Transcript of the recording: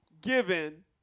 given